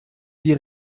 die